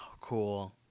cool